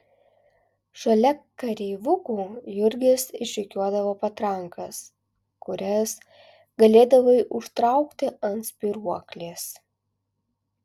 šalia kareivukų jurgis išrikiuodavo patrankas kurias galėdavai užtraukti ant spyruoklės